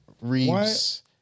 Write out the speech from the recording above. Reeves